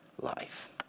life